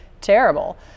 terrible